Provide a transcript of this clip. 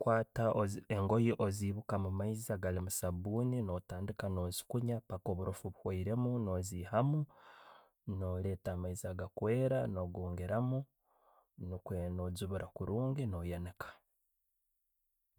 Okukwata engoye oziibiika omumaiizi agaliimu sabuuni no'tandika no'zikunya mpaka oburoofu buhoiremu. No'zihaamu no'leeta amaiizi agakwera no'gongeramu niikwo no'jubura kurungi, no'yannika.